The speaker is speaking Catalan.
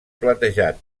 platejat